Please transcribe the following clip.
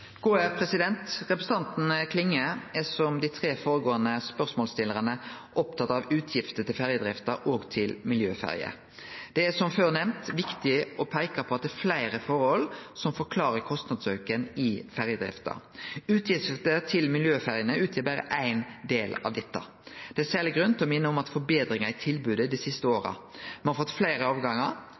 på at det er fleire forhold som forklarer kostnadsauken i ferjedrifta. Utgifter til miljøferjene utgjer berre éin del av dette. Det er særleg grunn til å minne om forbetringar i tilbodet dei siste åra. Me har fått fleire avgangar,